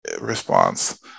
response